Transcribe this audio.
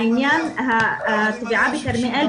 לעניין הסוגיה בכרמיאל,